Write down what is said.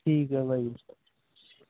ਠੀਕ ਹੈ ਭਾਜੀ